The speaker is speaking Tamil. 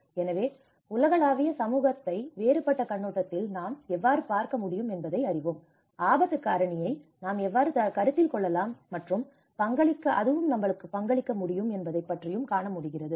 எனவே உலகளாவிய சமூகத்தை வேறுபட்ட கண்ணோட்டத்தில் நாம் எவ்வாறு பார்க்க முடியும் என்பதை அறிவோம் ஆபத்து காரணியை நாம் எவ்வாறு கருத்தில் கொள்ளலாம் மற்றும் பங்களிக்க முடியும் என்பதைப் பற்றியும் காணமுடிகிறது